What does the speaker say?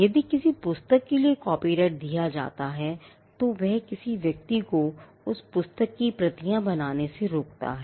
यदि किसी पुस्तक के लिए कॉपीराइट दिया जाता है तो वह किसी व्यक्ति को उस पुस्तक की प्रतियां बनाने से रोकता है